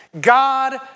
God